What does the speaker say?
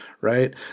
right